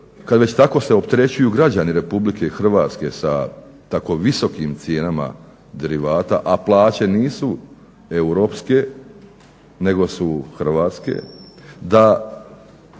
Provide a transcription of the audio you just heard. kada već tako se opterećuju građani RH sa tako visokim cijenama derivata, a plaće nisu europske, nego su hrvatske, da